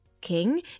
King